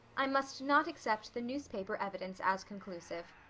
i must not accept the newspaper evidence as conclusive.